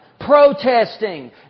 protesting